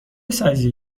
سایزی